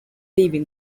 leaving